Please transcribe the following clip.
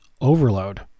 overload